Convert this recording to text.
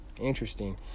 Interesting